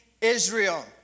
Israel